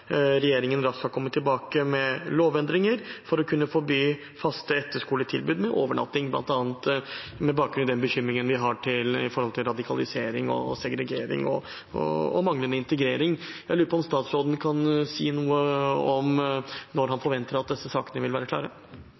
regjeringen raskt skal komme tilbake med lovendringer for å kunne forby faste etterskoletilbud med overnatting, bl.a. med bakgrunn i den bekymringen vi har når det gjelder radikalisering, segregering og manglende integrering. Jeg lurer på om statsråden kan si noe om når han forventer at disse sakene vil være klare.